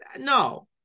No